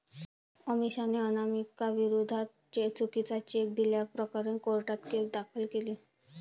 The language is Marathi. अमिषाने अनामिकाविरोधात चुकीचा चेक दिल्याप्रकरणी कोर्टात केस दाखल केली